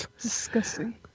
disgusting